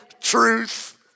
truth